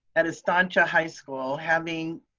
at estancia high school having